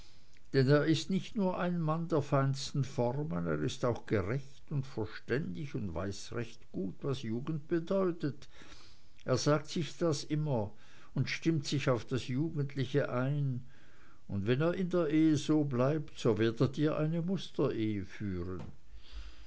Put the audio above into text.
denn er ist nicht nur ein mann der feinsten formen er ist auch gerecht und verständig und weiß recht gut was jugend bedeutet er sagt sich das immer und stimmt sich auf das jugendliche hin und wenn er in der ehe so bleibt so werdet ihr eine musterehe führen